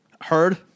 heard